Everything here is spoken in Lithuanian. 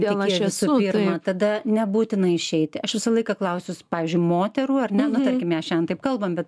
santykyje tada nebūtina išeiti aš visą laiką klausiu pavyzdžiui moterų ar ne nu tarkim kalbam bet